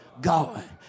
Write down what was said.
God